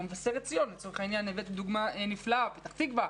כמו מבשרת ציון ופתח תקווה,